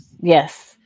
Yes